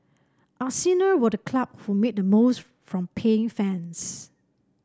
Arsenal were the club who made the most from paying fans